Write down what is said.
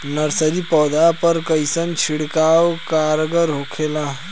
Nursery पौधा पर कइसन छिड़काव कारगर होखेला?